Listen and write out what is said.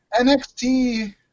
NXT